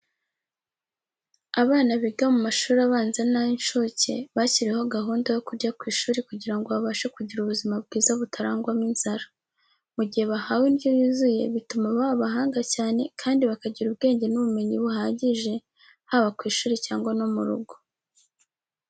Abana biga mu mashuri abanza n'ay'inshuke bashyiriweho gahunda yo kurya ku ishuri kugira ngo babashe kugira ubuzima bwiza butarangwamo inzara. Mu gihe bahawe indyo yuzuye bituma baba abahanga cyane kandi bakagira ubwenge n'ubumenyi buhagije haba ku ishuri cyangwa no mu rugo.